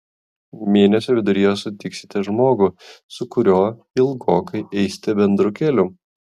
mėnesio viduryje sutiksite žmogų su kuriuo ilgokai eisite bendru keliu